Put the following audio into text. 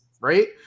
right